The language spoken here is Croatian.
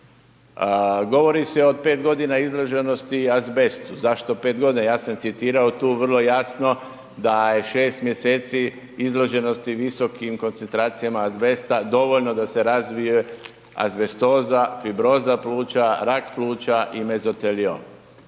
govori se od 5.g. izloženosti azbestu, zašto 5.g., ja sam citirao tu vrlo jasno da je 6. mjeseci izloženosti visokim koncentracijama azbesta dovoljno da se razvije azbestoza, fibroza pluća, rak pluća i mezoteliom